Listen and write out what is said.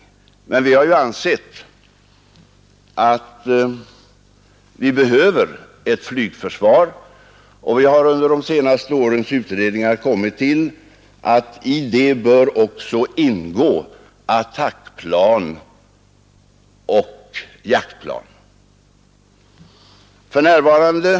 Men vi har ju ansett att vi behöver Måndagen den ett flygförsvar, och vi har under de senaste årens utredningar kommit till 13 december 1971 att i det bör också ingå attackplan och jaktplan. För närvarande Ang.